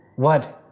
what.